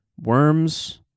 worms